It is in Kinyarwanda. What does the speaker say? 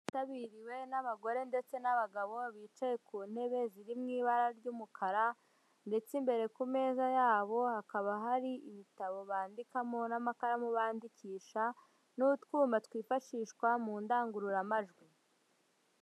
witabiriwe n'abagore ndetse n'abagabo bicaye ku ntebe ziri mu ibara ry'umukara. Ndetse imbere ku meza yabo, hakaba hari ibitabo bandikamo n'amakaramu bandikisha, n'utwuma twifashishwa mu ndangururamajwi.